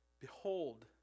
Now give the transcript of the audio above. Behold